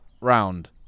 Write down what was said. round